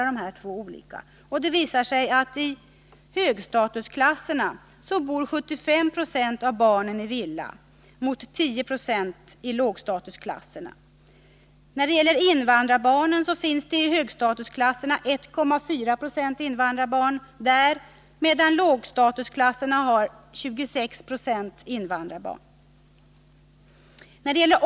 Det visar sig att i högstatusklasserna bor 75 26 av barnen i villa mot 10 960 i lågstatusklasserna. Men andelen invandrarbarn i högstatusklasserna är 1,4 20 mot 26 9 i lågstatusklasserna.